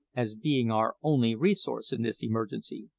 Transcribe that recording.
as being our only resource in this emergency.